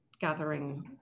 gathering